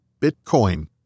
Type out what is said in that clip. bitcoin